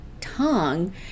Tongue